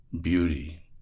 beauty